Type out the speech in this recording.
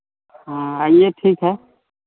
हाँ आइए ठीक है